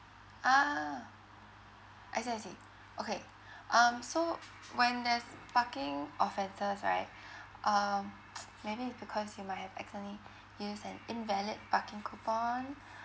ah I see I see okay um so when there's parking offences right um maybe it's because you might have accidentally used an invalid parking coupon